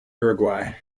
uruguay